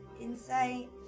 Insight